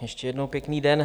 Ještě jednou pěkný den.